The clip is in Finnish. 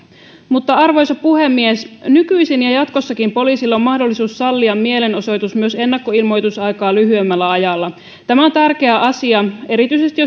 mutta arvoisa puhemies nykyisin ja jatkossakin poliisilla on mahdollisuus sallia mielenosoitus myös ennakkoilmoitusaikaa lyhyemmällä ajalla tämä on tärkeä asia erityisesti